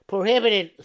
Prohibited